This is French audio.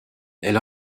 elle